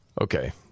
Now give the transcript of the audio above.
Okay